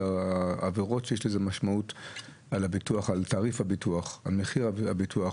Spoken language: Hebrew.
על מחיר הביטוח.